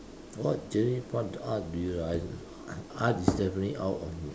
what genre what art do you like I art is definitely out of